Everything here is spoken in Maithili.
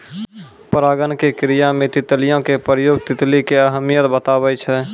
परागण के क्रिया मे तितलियो के प्रयोग तितली के अहमियत बताबै छै